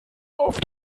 auf